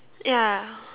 ya